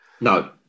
No